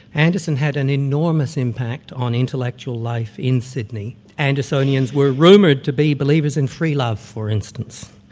anderson had an enormous impact on intellectual life in sydney. andersonians were rumoured to be believers in free love, for instance.